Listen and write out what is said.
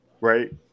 right